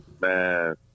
Man